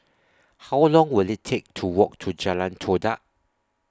How Long Will IT Take to Walk to Jalan Todak